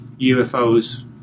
UFOs